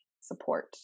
support